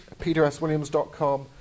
peterswilliams.com